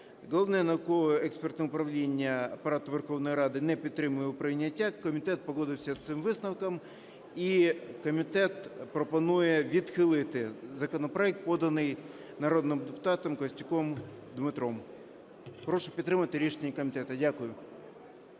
Головне науково-експертне управління Апарату Верховної Ради не підтримує його прийняття. Комітет погодився з цим висновком і комітет пропонує відхилити законопроект, поданий народним депутатом Костюком Дмитром. Прошу підтримати рішення комітету. Дякую.